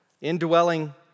indwelling